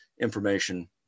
information